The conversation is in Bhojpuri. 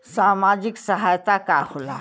सामाजिक सहायता का होला?